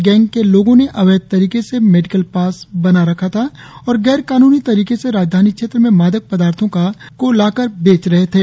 gang के लोगों ने अवैध तरीके से मेडिकल पास बना रखा था और गैर कानूनी तरीके से राजधानी क्षेत्र में मादक पदार्थों को लाकर बेच रहे थे